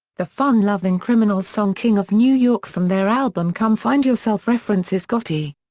the fun lovin' criminals song king of new york from their album come find yourself references gotti.